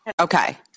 Okay